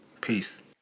Peace